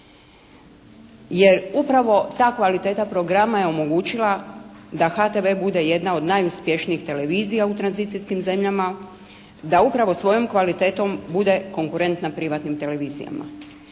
Jer upravo ta kvaliteta programa je omogućila da HTV bude jedna od najuspješnijih televizija u tranzicijskim zemljama, da upravo svojom kvalitetom bude konkurentna privatnim televizijama.